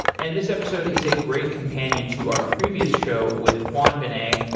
and this episode is a great companion to our previous show with juan benet,